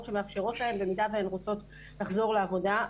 שמאפשרות להן במידה והן רוצות לחזור לעבודה.